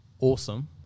awesome